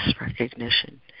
recognition